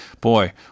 boy